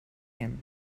him